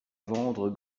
vendre